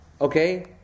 okay